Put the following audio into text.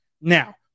Now